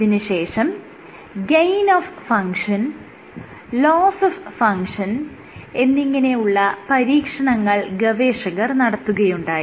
ഇതിന് ശേഷം gain of function loss of function എന്നിങ്ങനെ ഉള്ള പരീക്ഷണങ്ങൾ ഗവേഷകർ നടത്തുകയുണ്ടായി